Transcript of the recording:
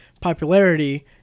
popularity